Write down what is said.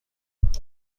بود